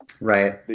Right